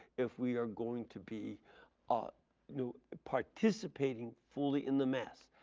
if we are going to be ah you know participating fully in the mass.